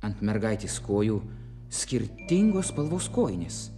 ant mergaitės kojų skirtingos spalvos kojinės